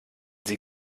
sie